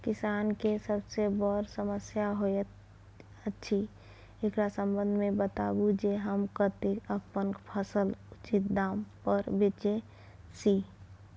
किसान के सबसे बर समस्या होयत अछि, एकरा संबंध मे बताबू जे हम कत्ते अपन फसल उचित दाम पर बेच सी?